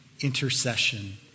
intercession